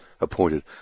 appointed